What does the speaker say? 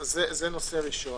זה נושא ראשון.